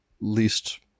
least